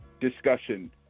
discussion